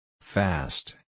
Fast